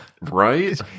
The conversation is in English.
right